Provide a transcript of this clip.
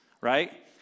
right